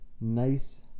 nice